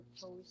post